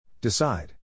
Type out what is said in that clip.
Decide